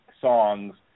songs